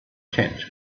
tent